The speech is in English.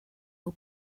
all